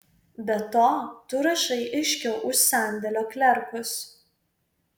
be to tu rašai aiškiau už sandėlio klerkus